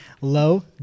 low